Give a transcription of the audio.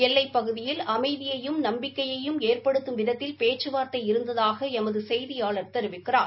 ஏல்லைப் பகுதியில் அமைதியையும் நம்பிக்கையையும் ஏற்படுத்தும் விதத்தில் பேச்சுவார்த்தை இருந்ததாக எமது செய்தியாளர் தொவிக்கிறார்